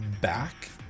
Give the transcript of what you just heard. back